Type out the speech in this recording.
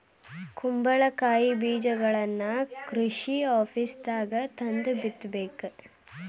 ಕುಂಬಳಕಾಯಿ ಬೇಜಗಳನ್ನಾ ಕೃಷಿ ಆಪೇಸ್ದಾಗ ತಂದ ಬಿತ್ತಬೇಕ